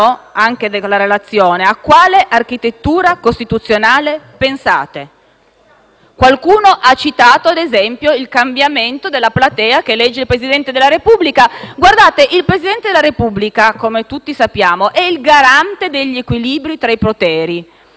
Qualcuno ha citato, ad esempio, il cambiamento della platea che elegge il Presidente della Repubblica. Come tutti sappiamo, il Presidente della Repubblica è il garante dell'equilibrio tra i poteri ed è quindi, in ultima analisi, l'ultimo garante della libertà di noi tutti.